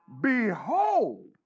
Behold